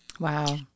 Wow